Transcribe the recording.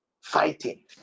fighting